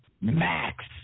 max